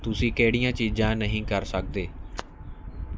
ਤੁਸੀਂ ਕਿਹੜੀਆਂ ਚੀਜ਼ਾਂ ਨਹੀਂ ਕਰ ਸਕਦੇ